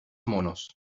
monos